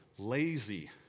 Lazy